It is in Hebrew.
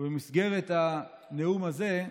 ובמסגרת הנאום הזה,